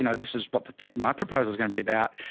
you know this is what the tip, my proposal is going to be about.